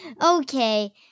Okay